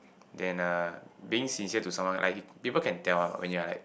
than uh being sincere to someone like you people can tell lah when you are like